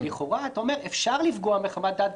לכאורה אתה אומר שאפשר לפגוע מחמת דת,